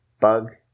bug